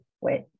wait